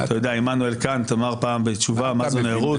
עמנואל קאנט אמר פעם בתשובה מה זו נאורות.